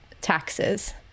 taxes